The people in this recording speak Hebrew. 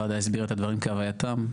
הסביר את הדברים כהווייתם,